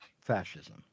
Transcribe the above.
fascism